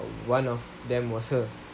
one of them was her